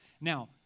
Now